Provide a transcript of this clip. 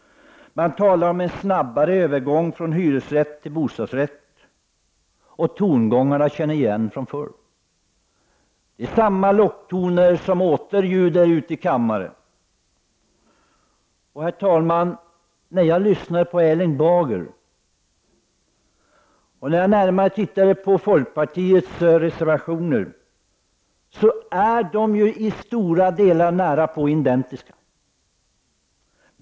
Man talar om en snabbare övergång från hyresrätt till bostadsrätt. Tongångarna känns igen från förr. Det är samma locktoner som åter ljuder ut i kammaren. Herr talman! När jag lyssnade på Erling Bager och närmare tittade på folkpartiets reservationer fann jag dem i stora delar identiska med moderaternas krav.